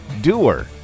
Doer